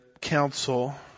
council